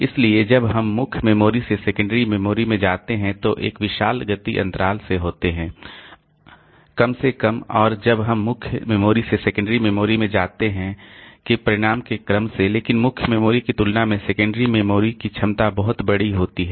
इसलिए जब हम मुख्य मेमोरी से सेकेंडरी मेमोरी में जाते हैं तो एक विशाल गति अंतराल से होते हैं कम से कम और जब हम मुख्य मेमोरी से सेकेंडरी मेमोरी में जाते हैं के परिमाण के क्रम से लेकिन मुख्य मेमोरी की तुलना में सेकेंडरी मेमोरी की क्षमता बहुत बड़ी होती है